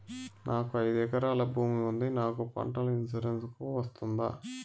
నాకు ఐదు ఎకరాల భూమి ఉంది నాకు పంటల ఇన్సూరెన్సుకు వస్తుందా?